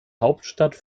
hauptstadt